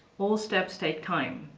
all steps take time.